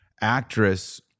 Actress